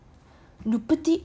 you put it